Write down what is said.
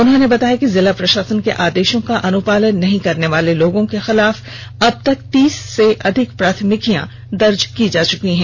उन्होंने बताया कि जिला प्रषासन के आदेषों का अनुपालन नहीं करने वाले लोगों के खिलाफ अबतक तीस से अधिक प्राथमिकियां दर्ज की जा चुकी हैं